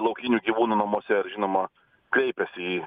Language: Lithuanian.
laukinių gyvūnų namuose ir žinoma kreipiasi į